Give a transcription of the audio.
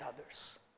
others